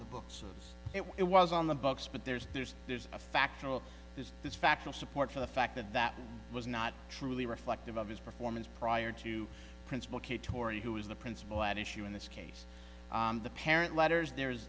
the books as it was on the books but there's there's there's a factual there's this factual support for the fact that that was not truly reflective of his performance prior to principal kate torney who is the principal at issue in this case the parent letters there's